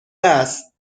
است